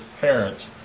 parents